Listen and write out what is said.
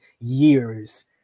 years